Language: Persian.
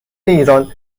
ایران